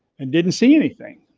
and didn't see anything.